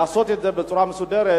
לעשות את זה בצורה מסודרת,